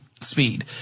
speed